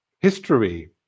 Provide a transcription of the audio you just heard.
history